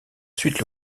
suite